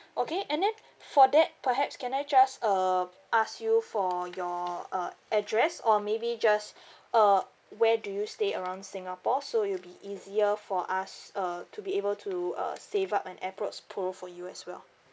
okay and then for that perhaps can I just uh ask you for your uh address or maybe just uh where do you stay around singapore so it'll be easier for us uh to be able to uh save up an airpods pro for you as well